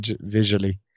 visually